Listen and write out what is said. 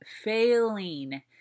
failing